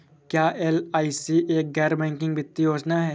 क्या एल.आई.सी एक गैर बैंकिंग वित्तीय योजना है?